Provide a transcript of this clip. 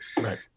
Right